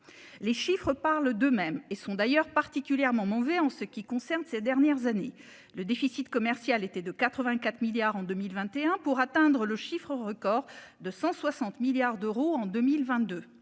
Les chiffres parlent d'eux-mêmes et sont d'ailleurs particulièrement mauvais en ce qui concerne ces dernières années, le déficit commercial était de 84 milliards en 2021 pour atteindre le chiffre record de 160 milliards d'euros en 2022.